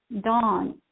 dawn